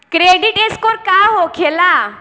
Credit score का होखेला?